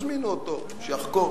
תזמינו אותו, שיחקור.